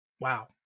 Wow